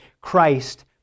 Christ